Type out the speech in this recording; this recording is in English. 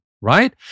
right